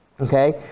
Okay